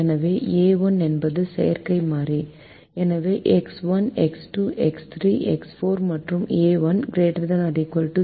எனவே a1 என்பது செயற்கை மாறி எனவே எக்ஸ் 1 எக்ஸ் 2 எக்ஸ் 3 எக்ஸ் 4 மற்றும் ஏ 1 ≥ 0